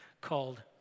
called